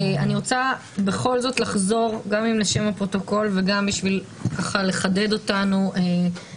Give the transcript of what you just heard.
אני רוצה לחזור גם לשם הפרוטוקול וגם לחדד את המטרות: